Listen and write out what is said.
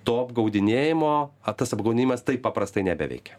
to apgaudinėjimo a tas apgaudinėjimas taip paprastai nebeveikia